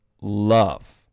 love